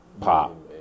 pop